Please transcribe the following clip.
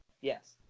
Yes